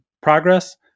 progress